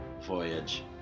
voyage